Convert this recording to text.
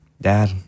Dad